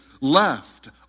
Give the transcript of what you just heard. left